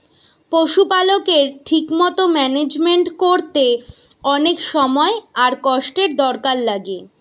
পশুপালকের ঠিক মতো ম্যানেজমেন্ট কোরতে অনেক সময় আর কষ্টের দরকার লাগে